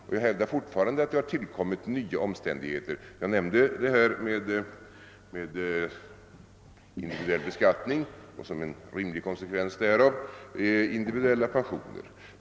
Detta hävdar jag fortfarande. Jag nämnde förslaget om individuell beskattning och som en rimlig konsekvens därav individuella pensioner.